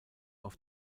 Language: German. auf